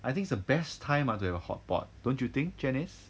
I think it's the best time ah to have a hotpot don't you think janice